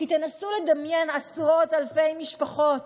כי תנסו לדמיין עשרות אלפי משפחות